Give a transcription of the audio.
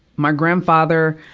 my grandfather,